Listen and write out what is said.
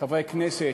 חברי הכנסת,